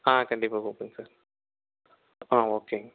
ஆ கண்டிப்பாக கூப்பிடுங்க சார் ஆ ஓகேங்க